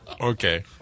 Okay